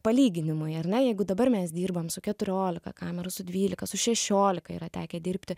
palyginimui ar ne jeigu dabar mes dirbam su keturiolika kamerų su dvylika su šešiolika yra tekę dirbti